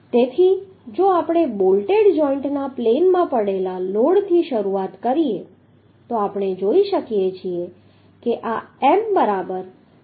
તેથી જો આપણે બોલ્ટેડ જોઈન્ટના પ્લેનમાં પડેલા લોડથી શરૂઆત કરીએ તો આપણે જોઈ શકીએ છીએ કે આ M બરાબર P